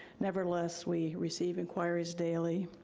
nevertheless we receive inquiries daily.